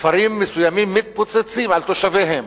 כפרים מסוימים מתפוצצים על תושביהם.